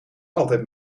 altijd